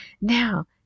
now